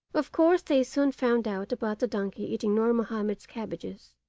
of course they soon found out about the donkey eating nur mahomed's cabbages,